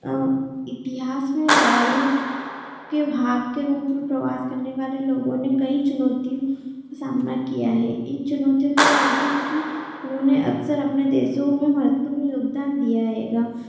और इतिहास में लड़ाइयों के भाग के रूप में प्रवास करने वाले लोगों ने कई चुनौतियों का सामना किया है इन चुनौतियों के बावजूद भी उन्होंने अक्सर अपने देशों में महत्तम योगदान दिया आएगा